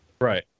Right